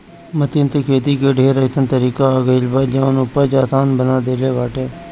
machine से खेती के ढेर अइसन तरीका आ गइल बा जवन उपज आसान बना देले बाटे